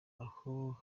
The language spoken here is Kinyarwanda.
aho